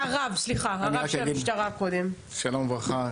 שלום וברכה.